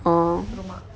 oh